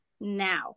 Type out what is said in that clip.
now